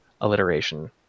alliteration